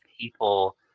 people